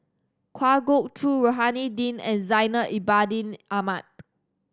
Kwa Geok Choo Rohani Din and Zainal Abidin Ahmad